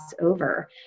over